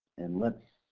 and let's,